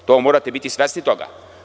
Morate biti svesni toga.